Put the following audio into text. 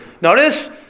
Notice